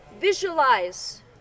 Visualize